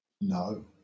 No